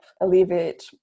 alleviate